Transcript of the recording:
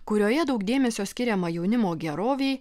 kurioje daug dėmesio skiriama jaunimo gerovei